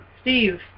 Steve